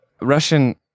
Russian